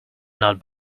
not